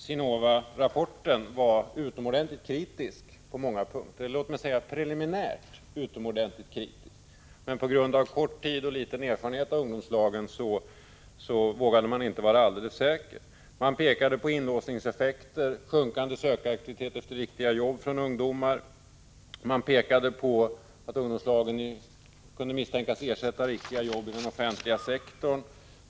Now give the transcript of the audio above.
SINOVA-rapporten var ju på många punkter preliminärt utomordentligt kritisk, men på grund av kort tid och liten erfarenhet av ungdomslagen vågade man inte uttala sig alldeles säkert. Det pekades på inlåsningseffekter, sjunkande sökaraktivitet efter riktiga arbeten från ungdomarnas sida, vidare på att ungdomslagen kunde misstänkas ersätta riktiga arbeten inom den offentliga sektorn.